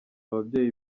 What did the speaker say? ababyeyi